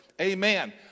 Amen